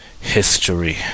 History